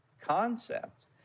concept